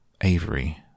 Avery